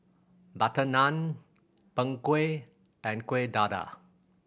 butter naan Png Kueh and Kuih Dadar